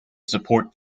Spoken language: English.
support